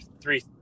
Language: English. three